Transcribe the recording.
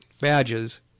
badges